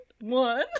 One